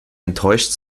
enttäuscht